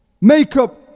Makeup